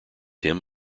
him